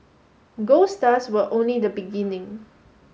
gold stars were only the beginning